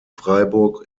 freiburg